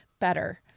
better